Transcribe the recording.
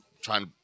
Trying